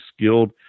skilled